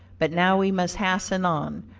but now we must hasten on,